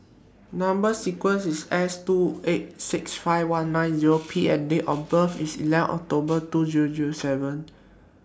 Number sequences IS S two eight six five one nine Zero P and Date of birth IS eleven October two Zero Zero seven